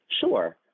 Sure